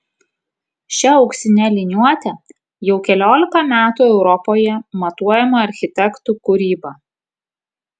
šia auksine liniuote jau keliolika metų europoje matuojama architektų kūryba